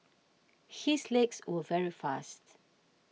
his legs were very fast